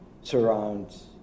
surrounds